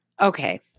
Okay